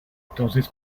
entonces